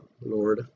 Lord